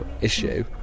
issue